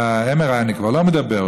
על MRI אני כבר לא מדבר,